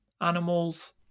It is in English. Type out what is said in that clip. animals